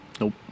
Nope